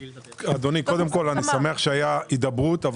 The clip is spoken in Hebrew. אדוני, קודם כול, אני שמח שהייתה הידברות.